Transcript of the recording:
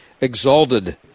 exalted